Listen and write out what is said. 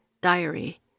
diary